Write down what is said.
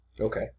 Okay